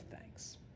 thanks